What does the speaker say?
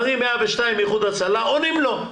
מחייג 102 איחוד הצלה עונים לו,